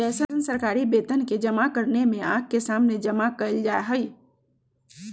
जैसन सरकारी वेतन के जमा करने में आँख के सामने जमा कइल जाहई